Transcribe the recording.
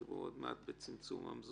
תראו עוד מעט שיהיה דיון